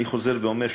אני חוזר ואומר,